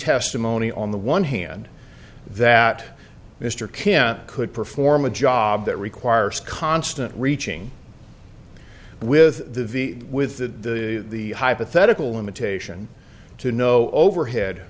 testimony on the one hand that mr kim could perform a job that requires constant reaching with the v with the hypothetical imitation to no overhead